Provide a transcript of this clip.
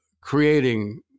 creating